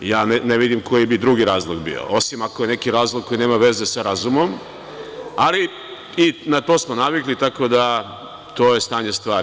Ne vidim koji bi drugi razlog bio, osim ako je neki razlog koji nema veze sa razumom, ali i na to smo navikli, tako da je to stanje stvari.